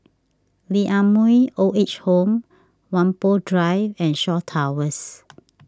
Lee Ah Mooi Old Age Home Whampoa Drive and Shaw Towers